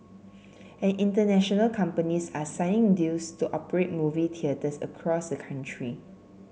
and international companies are signing deals to operate movie theatres across the country